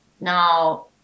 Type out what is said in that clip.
Now